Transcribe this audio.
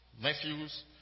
nephews